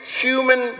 human